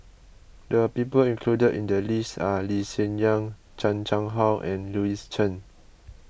the people included in the list are Lee Hsien Yang Chan Chang How and Louis Chen